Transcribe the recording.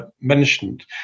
mentioned